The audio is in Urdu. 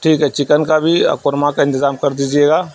ٹھیک ہے چکن کا بھی اور قورمہ کا انتظام کر دیجیے گا